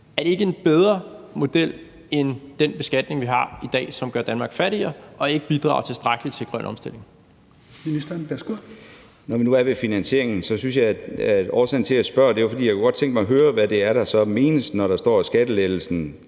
Er det ikke en bedre model end den beskatning, vi har i dag, og som gør Danmark fattigere og ikke bidrager tilstrækkeligt til en grøn omstilling?